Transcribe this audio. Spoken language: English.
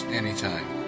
anytime